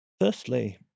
firstly